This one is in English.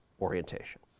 orientation